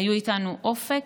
היו איתנו אופק,